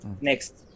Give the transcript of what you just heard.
next